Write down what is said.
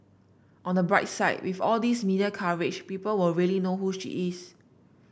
on the bright side with all these media coverage people will really know who she is